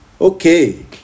Okay